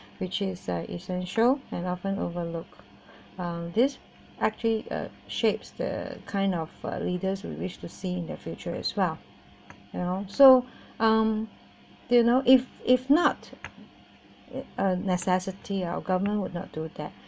which is uh essential and often overlooked um this actually uh shapes the kind of leaders we wish to see in the future as well you know so um you know if if not a necessity our government will not do that